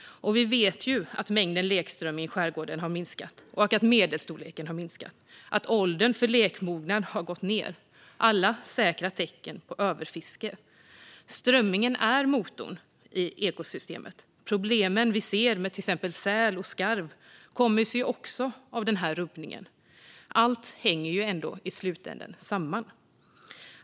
Vi vet att mängden lekströmming i skärgården har minskat, att medelstorleken har minskat och att åldern för lekmognad har gått ned. Det är alla säkra tecken på överfiske. Strömmingen är motorn i ekosystemet. Problemen vi ser med till exempel säl och skarv kommer sig också av den här rubbningen. Allt hänger i slutänden samman.